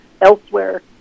elsewhere